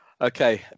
Okay